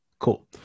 cool